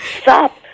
Stop